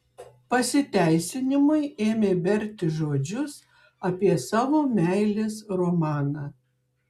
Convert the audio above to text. pasiteisinimui ėmė berti žodžius apie savo meilės romaną